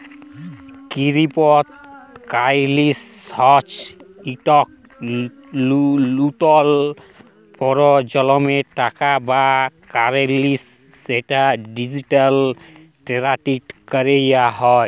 crypto currency হচ্যে ইকট লতুল পরজলমের টাকা বা কারেলসি যেট ডিজিটালি টেরেড ক্যরা হয়